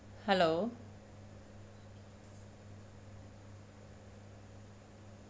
hello